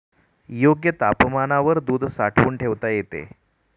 योग्य तापमानावर दूध साठवून ठेवता येते